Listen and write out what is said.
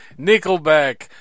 Nickelback